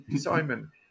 Simon